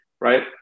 right